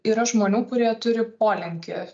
yra žmonių kurie turi polinkį